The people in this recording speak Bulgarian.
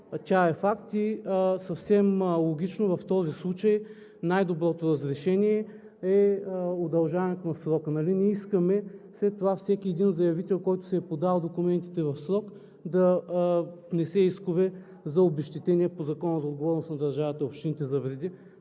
тя е факт. Съвсем логично в този случай най-доброто разрешение е удължаването на срока. Нали не искаме след това всеки заявител, който си е подал документите в срок, да внесе искове за обезщетение по Закона за